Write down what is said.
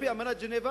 על-פי אמנת ז'נבה